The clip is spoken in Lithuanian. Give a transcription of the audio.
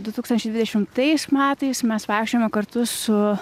du tūkstančiai dvidešimtais metais mes vaikščiojome kartu su